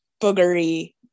boogery